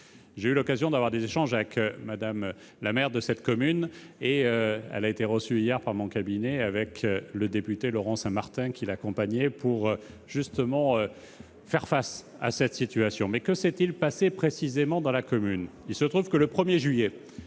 J'ai eu l'occasion d'avoir des échanges avec Mme la maire de cette commune et elle a été reçue hier par mon cabinet avec le député Laurent Saint-Martin pour trouver les moyens de faire face à cette situation. Que s'est-il passé précisément dans cette commune ? Il se trouve que, le 1 juillet,